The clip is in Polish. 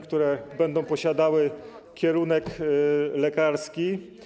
które będą posiadały kierunek lekarski?